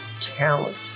talent